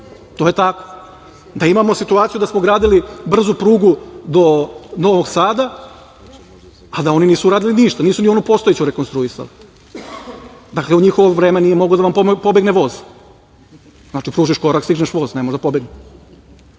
To je tako. Da imamo situaciju da smo gradili brzu prugu do Novog Sada, a da oni nisu uradili ništa. Nisu ni onu postojeću rekonstruisali. U njihovo vreme nije mogao da vam pobegne voz. Znači, pružiš korak, stigneš voz, nema da